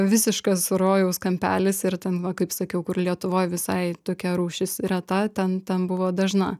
visiškas rojaus kampelis ir ten va kaip sakiau kur lietuvoj visai tokia rūšis reta ten ten buvo dažna